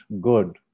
good